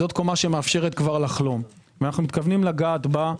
היא מאפשרת כבר לחלום ואנו מתכוונים לגעת בה.